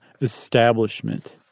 establishment